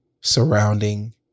surrounding